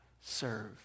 serve